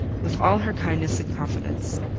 with all her kindness and confidence.